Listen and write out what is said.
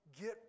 get